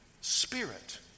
spirit